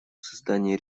создание